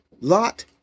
Lot